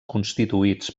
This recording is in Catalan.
constituïts